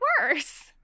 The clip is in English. worse